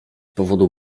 powodu